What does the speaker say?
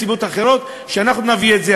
מסיבות אחרות: אנחנו נביא את זה,